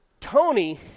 Tony